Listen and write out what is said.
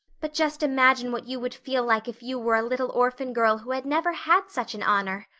but just imagine what you would feel like if you were a little orphan girl who had never had such an honor.